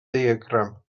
diagram